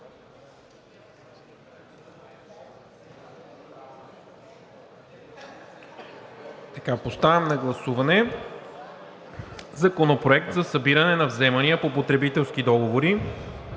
Поставям на гласуване Законопроект за събиране на вземания по потребителски договори,